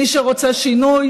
מי שרוצה שינוי